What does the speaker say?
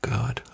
God